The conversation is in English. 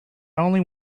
only